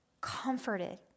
comforted